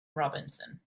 robinson